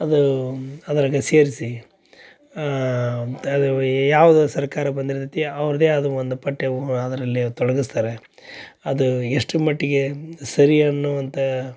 ಅದೂ ಅದರಾಗ ಸೇರಿಸಿ ಯಾವ್ದು ಸರ್ಕಾರ ಬಂದಿರ್ತತಿ ಅವ್ರ್ದೆ ಆದ ಒಂದು ಪಠ್ಯವು ಅದರಲ್ಲಿ ತೊಡಗಸ್ತಾರೆ ಅದು ಎಷ್ಟರ ಮಟ್ಟಿಗೆ ಸರಿ ಅನ್ನೋವಂಥಾ